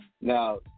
Now